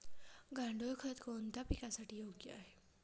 गांडूळ खत कोणत्या पिकासाठी योग्य आहे?